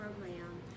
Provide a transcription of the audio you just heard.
program